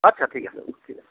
আচ্ছা ঠিক আছে অ'কে